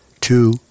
Two